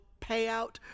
payout